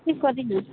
କି କରିବି